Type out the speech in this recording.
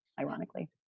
ironically